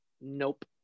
nope